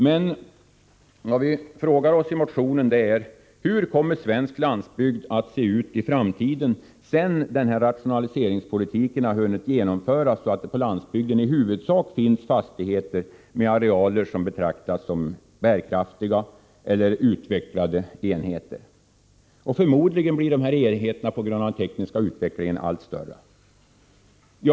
Men vad vi frågar oss är: Hur kommer svensk landsbygd att se ut i framtiden, sedan den här rationaliseringspolitiken hunnit genomföras, så att det på landsbygden i huvudsak finns fastigheter med arealer som betraktas som bärkraftiga eller utvecklade enheter. Förmodligen blir de här enheterna på grund av den tekniska utvecklingen allt större.